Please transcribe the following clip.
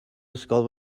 ysgol